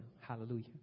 Hallelujah